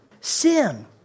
Sin